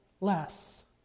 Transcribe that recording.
less